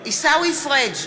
עיסאווי פריג'